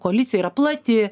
koalicija yra plati